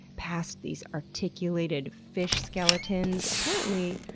past these articulated fish skeletons. apparently,